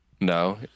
no